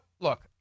look